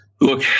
look